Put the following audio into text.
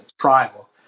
trial